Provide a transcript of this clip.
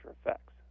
effects